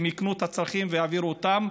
כדי שהם יקנו את המצרכים ויעבירו אותם.